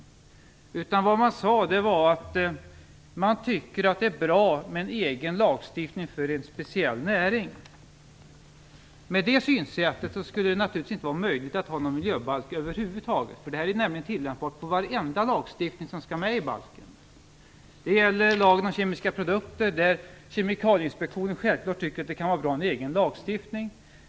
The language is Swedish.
Det de sade var att de tycker att det är bra med en egen lagstiftning för en speciell näring. Med det synsättet skulle det inte vara möjligt att ha någon miljöbalk över huvud taget. Det är nämligen tillämpbart för varenda lagstiftning som skall vara med i balken. Det gäller lagen om kemiska produkter, där Kemikalieinspektionen tycker att det kan vara bra med egen lagstiftning.